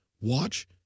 watch